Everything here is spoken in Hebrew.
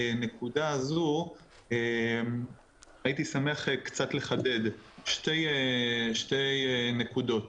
אנחנו רוצים לחדד את חובת